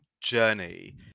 journey